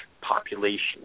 population